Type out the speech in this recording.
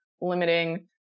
limiting